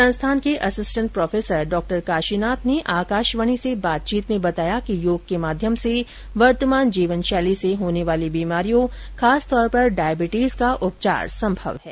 संस्थान के assistant professor Dr Kashinath ने आकाशवाणी से बातचीत में बताया कि योग के माध्यम से वर्तमान जीवनशैली से होने वाली बीमारियों खासकर डायबिटीज का उपचार संभव है